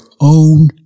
own